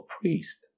priest